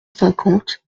cinquante